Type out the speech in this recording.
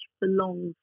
belongs